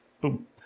Boom